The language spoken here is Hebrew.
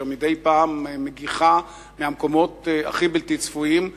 אשר מדי פעם מגיחה מהמקומות הכי בלתי צפויים,